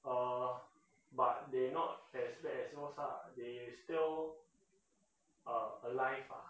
uh but they not as bad as yours lah they still uh alive ah